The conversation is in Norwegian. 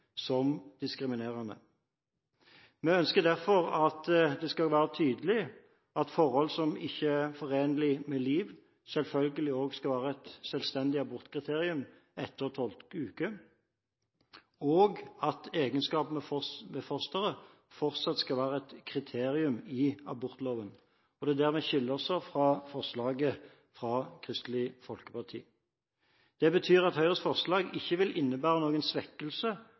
som diskriminerende. Vi ønsker derfor at det skal være tydelig at forhold som ikke er forenelig med liv, selvfølgelig også skal være et selvstendig abortkriterium etter 12. uke, og at egenskaper ved fosteret fortsatt skal være et kriterium i abortloven. Det er der vi skiller oss fra Kristelig Folkeparti. Det betyr at Høyres forslag ikke vil innebære noen svekkelse